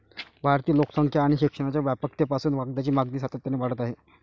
वाढती लोकसंख्या आणि शिक्षणाच्या व्यापकतेपासून कागदाची मागणी सातत्याने वाढत आहे